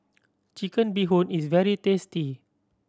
Chicken Bee Hoon is very tasty